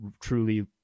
truly